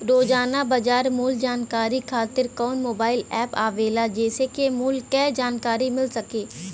रोजाना बाजार मूल्य जानकारी खातीर कवन मोबाइल ऐप आवेला जेसे के मूल्य क जानकारी मिल सके?